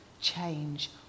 change